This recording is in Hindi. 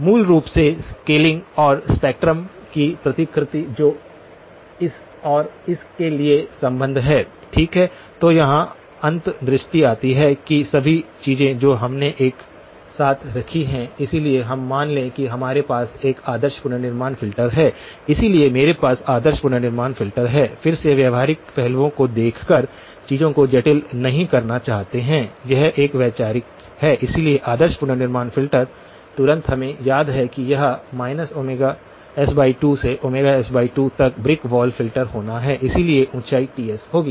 मूल रूप से स्केलिंग और स्पेक्ट्रम की प्रतिकृति जो इस और इस के लिए संबंध है ठीक है तो यहाँ अंतर्दृष्टि आती है कि सभी चीजें जो हमने एक साथ रखी हैं इसलिए हम मान लें कि हमारे पास एक आदर्श पुनर्निर्माण फ़िल्टर है इसलिए मेरे पास आदर्श पुनर्निर्माण फ़िल्टर है फिर से व्यावहारिक पहलुओं को देखकर चीजों को जटिल नहीं करना चाहते हैं यह एक वैचारिक है इसलिए आदर्श पुनर्निर्माण फ़िल्टर तुरंत हमें याद है कि यह s2 से s2 तक ब्रिक वॉल फिल्टर होना है इसकी ऊंचाई Ts होगी